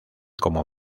como